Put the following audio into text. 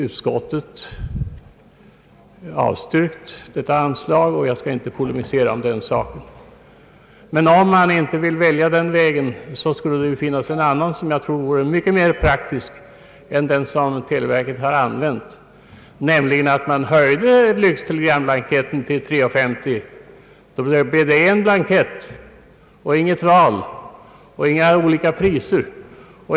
Utskottet har avstyrkt vårt förslag, och jag skall inte polemisera i den frågan. Om man inte nu vill välja den vägen, finns en annan väg som vore mycket mera praktisk än den som televerket har använt, nämligen att priset på den vanliga lyxtelegramblanketten höjdes till 3 kronor 50 öre. I så fall finge vi bara en blankett, den hjärtmärkta kunde dras in. Det skulle inte behövas något val för telegramkunden och inga olika priser.